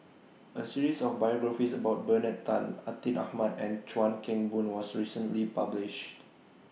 A series of biographies about Bernard Tan Atin Amat and Chuan Keng Boon was recently published